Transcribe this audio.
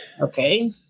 okay